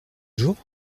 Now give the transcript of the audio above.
jour